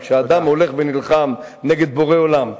וכשאדם הולך ונלחם נגד בורא עולם,